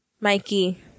Mikey